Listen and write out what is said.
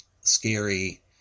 scary